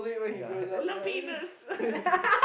ya Lapidas